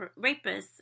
rapists